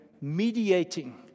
mediating